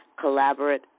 Collaborate